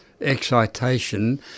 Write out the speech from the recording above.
excitation